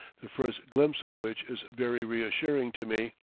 the first glimpse of which is very reassuring to me.